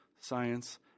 Science